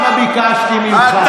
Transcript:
כמה ביקשתי ממך.